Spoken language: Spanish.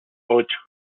ocho